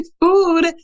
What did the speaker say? food